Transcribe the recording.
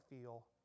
feel